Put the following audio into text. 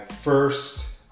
first